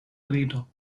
rido